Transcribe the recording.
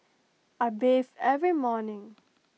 I bathe every morning